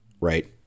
right